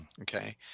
Okay